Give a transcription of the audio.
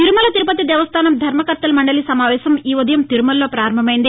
తిరుమల తిరుపతి దేవస్థానం ధర్మకర్తల మండలి సమావేశం ఈ ఉదయం తిరుమలలో పారంభమైంది